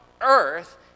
earth